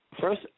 first